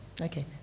Okay